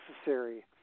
necessary